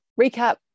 recap